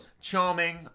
charming